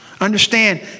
Understand